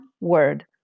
word